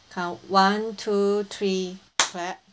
count one two three clap